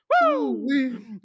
Woo